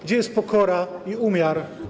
Gdzie są pokora i umiar?